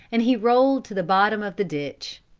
and he rolled to the bottom of the ditch.